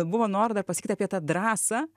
buvo noro dar pasakyt apie tą drąsą